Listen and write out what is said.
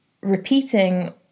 repeating